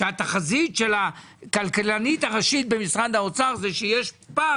כשהתחזית של הכלכלנית הראשית במדינת ישראל זה שיש פער